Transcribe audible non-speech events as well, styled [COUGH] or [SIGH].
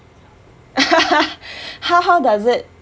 [LAUGHS] how how does it